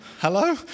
Hello